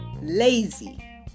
lazy